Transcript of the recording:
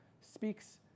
speaks